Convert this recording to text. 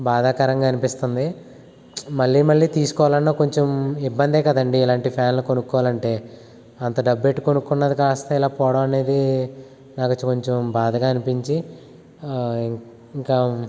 బాధాకరంగా అనిపిస్తోంది మళ్ళీ మళ్ళీ తీసుకోవాలన్నా కొంచెం ఇబ్బందే కదండి ఇలాంటి ఫ్యాన్లు కొనుక్కోవాలంటే అంత డబ్బు పెట్టి కొనుక్కున్నది కాస్తా ఇలా పోవడం అనేది నాకు కొంచెం బాధగా అనిపించి ఇంక